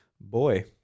boy